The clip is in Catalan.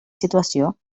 situació